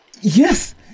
Yes